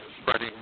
spreading